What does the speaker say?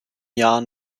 jahren